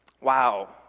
wow